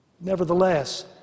Nevertheless